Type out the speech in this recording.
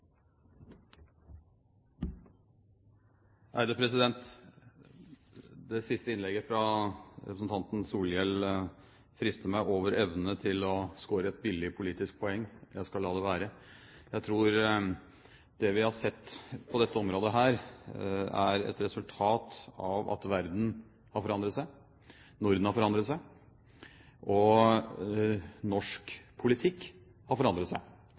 ei meir framtredande rolle i debatten. Det siste innlegget, fra representanten Solhjell, frister meg over evne til å score et billig politisk poeng. Jeg skal la det være. Jeg tror det vi har sett på dette området, er et resultat av at verden har forandret seg, Norden har forandret seg, og norsk politikk har forandret seg